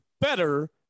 better